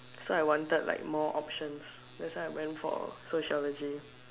so I wanted like more options that's why I went for sociology